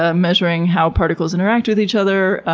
ah measuring how particles interact with each other,